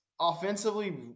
offensively